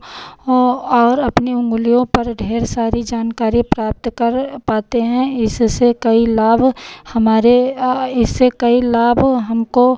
ओ और अपनी उँगलियों पर ढेर सारी जानकारियाँ प्राप्त कर पाते हैं इससे कई लाभ हमारे इससे कई लाभ हमको